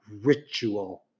ritual